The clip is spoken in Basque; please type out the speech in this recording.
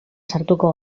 sartuko